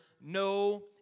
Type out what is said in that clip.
no